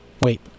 wait